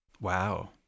Wow